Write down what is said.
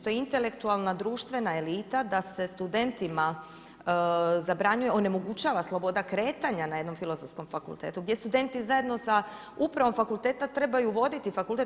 To je intelektualna društvena elita da se studentima zabranjuje, onemogućava sloboda kretanja na jednom Filozofskom fakultetu, gdje studenti zajedno sa upravom Fakulteta trebaju voditi fakultet.